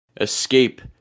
Escape